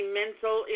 mental